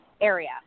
area